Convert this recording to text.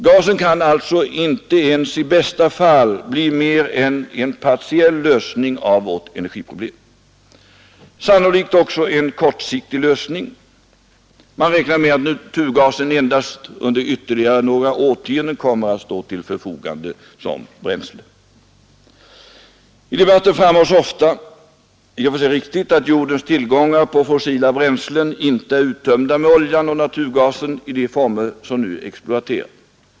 Gasen kan alltså inte ens i bästa fall bli mer än en partiell lösning av vårt energiproblem, och sannolikt också en kortsiktig lösning: man räknar med att naturgasen endast under ytterligare några årtionden kommer att stå till förfogande som bränsle. I debatten framhålls ofta — i och för sig riktigt — att jordens tillgångar på fossila bränseln inte är uttömda med oljan och naturgasen i de former som nu exploateras.